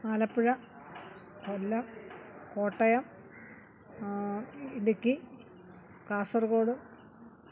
Alappuzha Kollam Kottayam Idukki Kasaragod